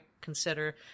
consider